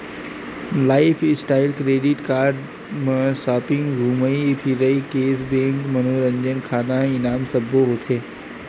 lifestyle credit card म shopping, धूमई फिरई, केस बेंक, मनोरंजन, खाना, इनाम सब्बो होथे